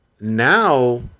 now